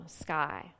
sky